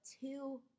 two